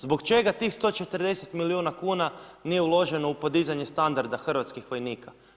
Zbog čega tih 140 milijuna kuna nije uloženo u podizanje standarda hrvatskih vojnika?